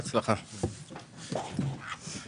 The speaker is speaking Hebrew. הישיבה ננעלה בשעה 13:20.